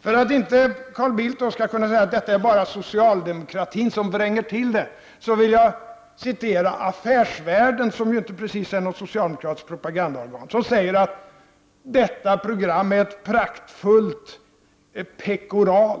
För att Carl Bildt inte skall kunna säga att det bara är så att socialdemokratin vränger till det vill jag citera Affärsvärlden, som inte precis är något socialdemokratiskt propagandaorgan. Tidningen framhåller att detta program är ett praktfullt pekoral.